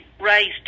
raised